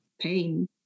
pain